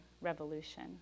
revolution